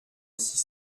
six